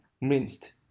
minced